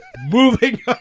Moving